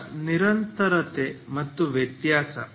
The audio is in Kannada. ಸರಳ ನಿರಂತರತೆ ಮತ್ತು ವ್ಯತ್ಯಾಸ